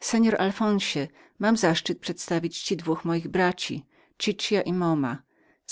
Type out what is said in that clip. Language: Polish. dwóch pierwszych mam zaszczyt przedstawić panu dwóch moich braci cziczia i moma